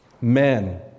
Men